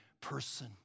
person